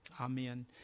amen